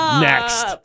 next